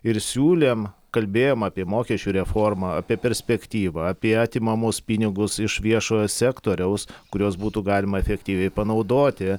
ir siūlėm kalbėjom apie mokesčių reformą apie perspektyvą apie atimamus pinigus iš viešojo sektoriaus kuriuos būtų galima efektyviai panaudoti